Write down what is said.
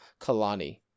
Kalani